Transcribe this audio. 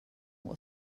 will